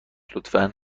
لطفا